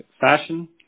fashion